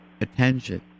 Attention